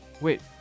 Wait